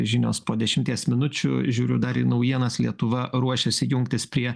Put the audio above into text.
žinios po dešimties minučių žiūriu dar į naujienas lietuva ruošiasi jungtis prie